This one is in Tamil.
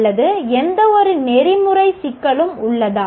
அல்லது எந்தவொரு நெறிமுறை சிக்கலும் உள்ளதா